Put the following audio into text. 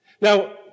Now